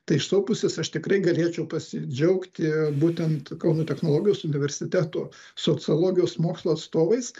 tai iš savo pusės aš tikrai galėčiau pasidžiaugti būtent kauno technologijos universiteto sociologijos mokslo atstovais